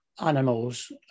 animals